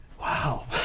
Wow